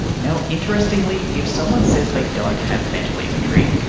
now, interestingly, if someone says they don't have mental imagery,